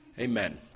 Amen